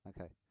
Okay